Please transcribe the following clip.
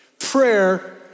Prayer